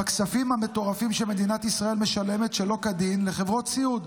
בכספים המטורפים שמדינת ישראל משלמת שלא כדין לחברות סיעוד,